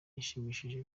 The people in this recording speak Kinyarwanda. yashimishije